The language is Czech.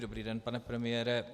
Dobrý den, pane premiére.